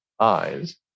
eyes